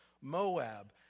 Moab